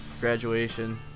graduation